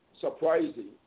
surprising